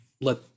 let